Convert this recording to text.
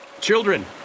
Children